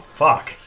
fuck